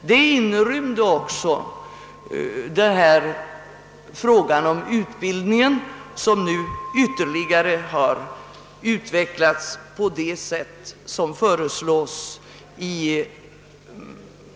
Förslaget inrymde också den fråga om utbildningen som ytterligare har utvecklats i årets